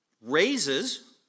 raises